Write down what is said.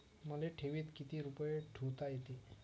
मले ठेवीत किती रुपये ठुता येते?